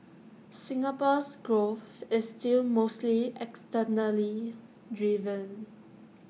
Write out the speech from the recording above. Singapore's growth is still mostly externally driven